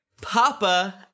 Papa